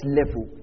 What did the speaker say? level